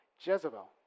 jezebel